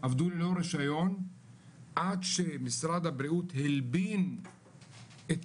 עבדו ללא רישיון עד שמשרד הבריאות הלבין את